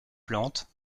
plantes